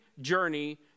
journey